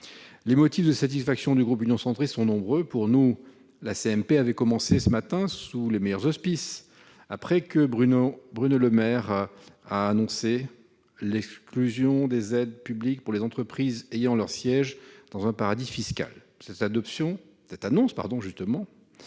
Les motifs de satisfaction du groupe Union Centriste sont nombreux. La commission mixte paritaire a ce matin commencé sous les meilleurs auspices, après que Bruno Le Maire a annoncé l'exclusion des aides publiques pour les entreprises ayant leur siège dans un paradis fiscal. Cela